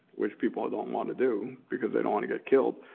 which people don't wanna do, because they don't wanna get killed,